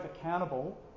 accountable